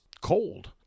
cold